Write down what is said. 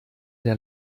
der